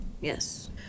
Yes